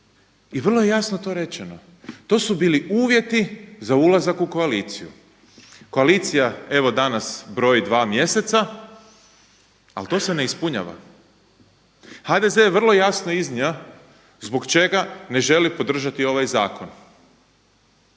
I vrlo je jasno to rečeno. To su bili uvjeti za ulazak u koaliciju. Koalicija evo danas broji 2 mjeseca ali to se ne ispunjava. HDZ je vrlo jasno iznio zbog čega ne želi podržati ovaj zakon.